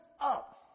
up